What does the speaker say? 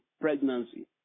pregnancy